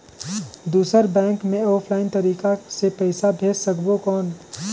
दुसर बैंक मे ऑफलाइन तरीका से पइसा भेज सकबो कौन?